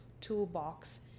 toolbox